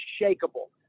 unshakable